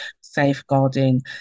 safeguarding